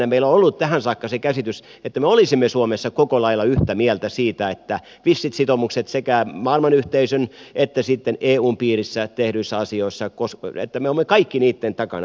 meillä on ollut tähän saakka se käsitys että me olisimme suomessa koko lailla yhtä mieltä visseistä sitoumuksista sekä maailmanyhteisön että sitten eun piirissä tehdyissä asioissa ja että me olemme kaikki niitten takana